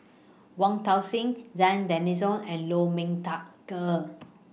Wong Tuang Seng Zena Tessensohn and Lu Ming Teh Earl